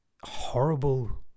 horrible